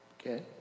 Okay